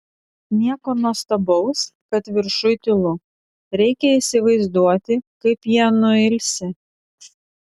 nieko nuostabaus kad viršuj tylu reikia įsivaizduoti kaip jie nuilsę